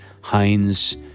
Heinz